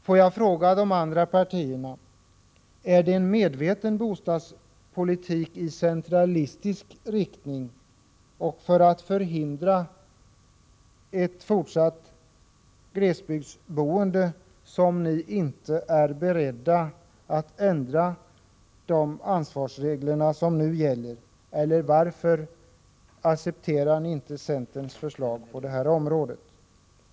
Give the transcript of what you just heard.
Får jag fråga de andra partierna: Är det en medveten bostadspolitik i centralistisk riktning för att förhindra ett fortsatt glesbygdsboende? Är det därför ni inte är beredda att ändra de ansvarsregler som nu gäller, eller varför accepterar ni inte centerns förslag på det här området?